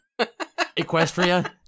Equestria